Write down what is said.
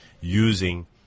using